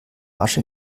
asche